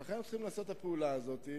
ולכן אנחנו צריכים לעשות את הפעולה הזאת,